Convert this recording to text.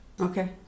Okay